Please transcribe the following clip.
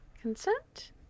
consent